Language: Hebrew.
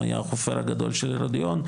הוא היה החופר הגדול של הרודיון,